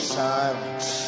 silence